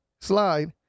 slide